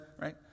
right